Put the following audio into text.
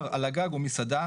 בר על הגג או מסעדה.